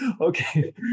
Okay